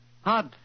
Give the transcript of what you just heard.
Hard